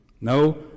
No